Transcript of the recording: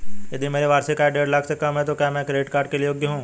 यदि मेरी वार्षिक आय देढ़ लाख से कम है तो क्या मैं क्रेडिट कार्ड के लिए योग्य हूँ?